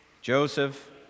Joseph